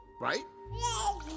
right